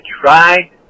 try